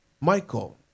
Michael